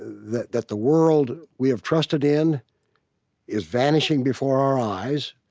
that that the world we have trusted in is vanishing before our eyes,